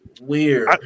Weird